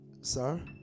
Sir